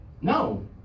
No